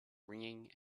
ringing